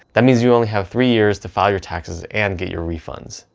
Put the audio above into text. that means you only have three years to file your taxes and get your refunds.